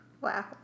Wow